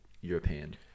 European